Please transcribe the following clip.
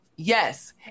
Yes